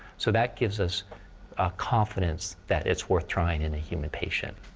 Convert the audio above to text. so that gives us ah confidence that it's worth trying in a human patient.